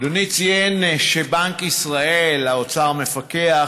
אדוני ציין שבנק ישראל, האוצר מפקח